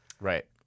Right